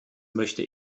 möchte